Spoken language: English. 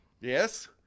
Yes